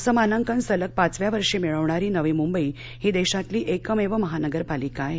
असं मानांकन सलग पाचव्या वर्षी मिळविणारी नवी मृंबई ही देशातली एकमेव महानगरपालिका आहे